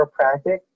chiropractic